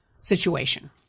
situation